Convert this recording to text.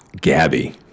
Gabby